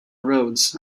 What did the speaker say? roads